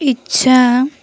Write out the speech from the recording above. ଇଚ୍ଛା